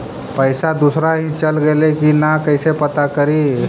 पैसा दुसरा ही चल गेलै की न कैसे पता करि?